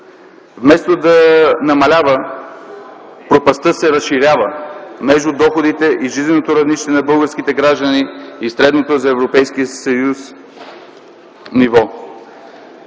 Вместо да намалява, пропастта между доходите и жизненото равнище на българските граждани и средното за Европейския съюз ниво